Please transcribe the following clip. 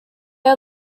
are